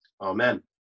Amen